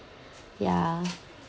yeah